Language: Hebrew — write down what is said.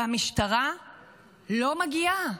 והמשטרה לא מגיעה,